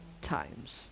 times